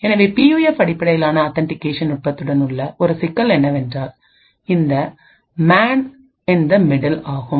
எனவே பியூஎஃப் அடிப்படையிலான ஆத்தன்டிகேஷன் நுட்பத்துடன் உள்ள ஒரு சிக்கல் என்னவென்றால் இந்த மேன் இன் த மிடில் ஆகும்